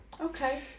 Okay